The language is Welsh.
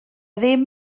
ddim